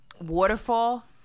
waterfall